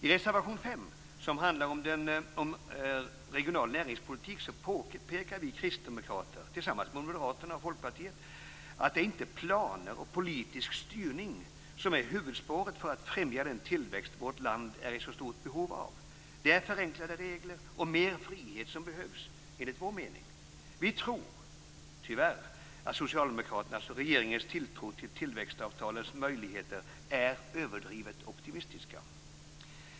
I reservation 5, som handlar om regional näringspolitik, påpekar vi kristdemokrater tillsammans med Moderaterna och Folkpartiet, att det är inte planer och politisk styrning som är huvudspåret för att främja den tillväxt vårt land är i så stort behov av. Det är förenklade regler och mer frihet som behövs enligt vår mening. Vi tror, tyvärr, att socialdemokraternas och regeringens tilltro till tillväxtavtalens möjligheter är överdrivet optimistisk.